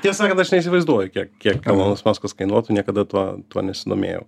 tiesą sakant aš neįsivaizduoju kiek kiek elonas maskas kainuotų niekada tuo tuo nesidomėjau